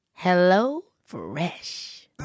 HelloFresh